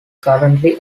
currently